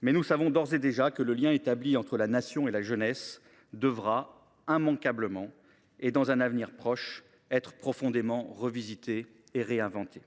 Nous savons toutefois d’ores et déjà que le lien établi entre la Nation et la jeunesse devra, immanquablement et dans un avenir proche, être profondément revisité et réinventé.